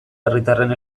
herritarren